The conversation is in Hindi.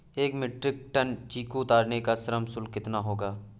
एक मीट्रिक टन चीकू उतारने का श्रम शुल्क कितना होगा?